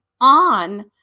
on